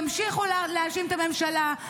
תמשיכו להאשים את הממשלה,